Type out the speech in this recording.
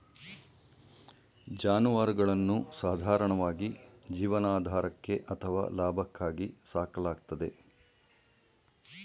ಜಾನುವಾರುಗಳನ್ನು ಸಾಧಾರಣವಾಗಿ ಜೀವನಾಧಾರಕ್ಕೆ ಅಥವಾ ಲಾಭಕ್ಕಾಗಿ ಸಾಕಲಾಗ್ತದೆ